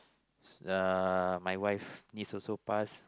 uh my wife niece also pass